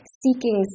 seeking